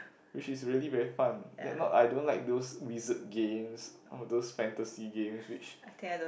which is really very fun that not I don't like those wizard games all those fantasy games which